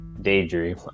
daydream